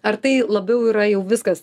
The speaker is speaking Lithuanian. ar tai labiau yra jau viskas